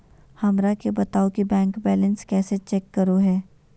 हमरा के बताओ कि बैंक बैलेंस कैसे चेक करो है?